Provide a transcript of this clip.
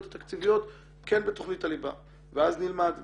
התקציביות כן בתכנית הליבה ואז נלמד ונדע.